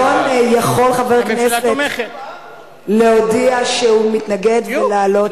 לפי התקנון יכול חבר הכנסת להודיע שהוא מתנגד ולעלות,